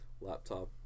laptop